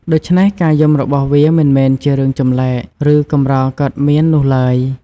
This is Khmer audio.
ដូច្នេះ ការយំរបស់វាមិនមែនជារឿងចម្លែក ឬកម្រកើតមាននោះឡើយ។